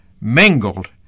mingled